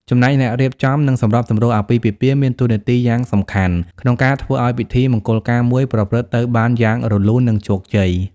ចំណែកអ្នករៀបចំ និងសម្របសម្រួលអាពាហ៍ពិពាហ៍មានតួនាទីយ៉ាងសំខាន់ក្នុងការធ្វើឱ្យពិធីមង្គលការមួយប្រព្រឹត្តទៅបានយ៉ាងរលូន និងជោគជ័យ។